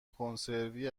کنسروی